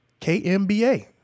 KMBA